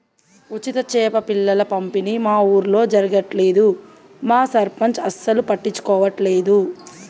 ఉచిత చేప పిల్లల పంపిణీ మా ఊర్లో జరగట్లేదు మా సర్పంచ్ అసలు పట్టించుకోవట్లేదు